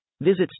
Visit